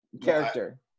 Character